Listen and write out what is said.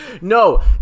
No